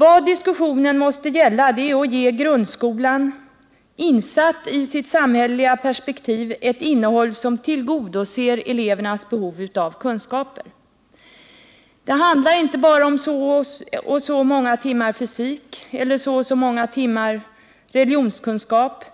Vad diskussionen måste gälla är att ge grundskolan, insatt i sitt samhälleliga perspektiv, ett innehåll som tillgodoser elevernas behov av kunskaper. Det handlar inte bara om så och så många timmar fysik eller så och så många timmar religionskunskap,